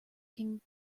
can